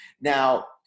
Now